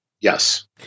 Yes